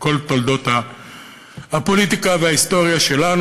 בכל תולדות הפוליטיקה וההיסטוריה שלנו.